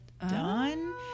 done